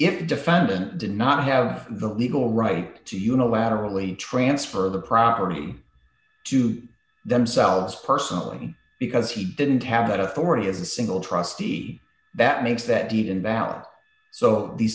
if the defendant did not have the legal right to unilaterally transfer of the property to themselves personally because he didn't have that authority as a single trustee that makes that deed in battle so the